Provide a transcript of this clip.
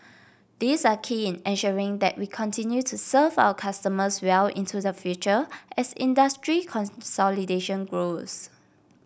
these are key in ensuring that we continue to serve our customers well into the future as industry consolidation grows